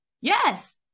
Yes